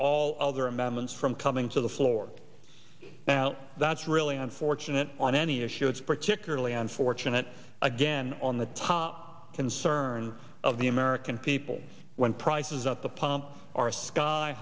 all other amendments from coming to the floor now that's really unfortunate on any issue it's particularly unfortunate again on the top concerns of the american people when prices at the pump are sky